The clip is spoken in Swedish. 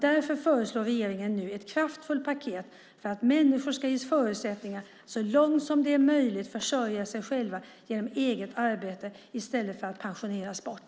Därför föreslår regeringen nu ett kraftfullt paket för att människor ska ges förutsättningar att så långt det är möjligt försörja sig själva genom eget arbete i stället för att pensioneras bort.